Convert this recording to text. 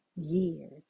years